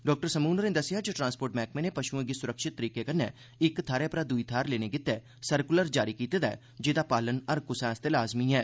doctor Samoon होरें दस्सेआ जे ट्रांसपोर्ट मैह्कमे नै पशुए गी सुरक्षित तरीके कन्नै इक थाहरै परा दुई थाहर लेने गितै सर्कुलर जारी कीते दा ऐ जेहदा पालन हर कुसा आस्तै लाज़मी ऐ